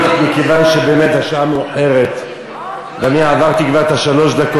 מכיוון שבאמת השעה מאוחרת ואני עברתי כבר את השלוש דקות,